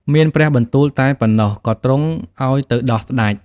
មានព្រះបន្ទូលតែប៉ុណ្ណោះ ក៏ទ្រង់អោយទៅដោះស្ដេច។